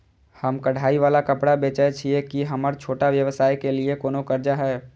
हम कढ़ाई वाला कपड़ा बेचय छिये, की हमर छोटा व्यवसाय के लिये कोनो कर्जा है?